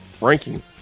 ranking